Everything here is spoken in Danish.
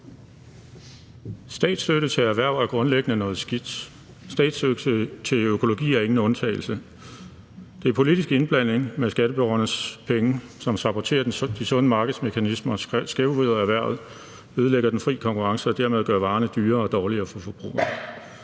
Statsstøtte til erhverv er grundlæggende noget skidt. Statsstøtte til økologi er ingen undtagelse. Det er politisk indblanding for skatteborgernes penge, som saboterer de sunde markedsmekanismer og skævvrider erhvervet, ødelægger den fri konkurrence og dermed gør varerne dyrere og dårligere for forbrugeren.